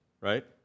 right